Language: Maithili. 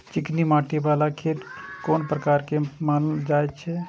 चिकनी मिट्टी बाला खेत कोन प्रकार के मानल जाय छै?